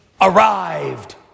arrived